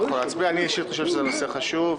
אני אישית חושב שזה נושא חשוב.